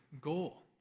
goal